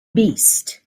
beast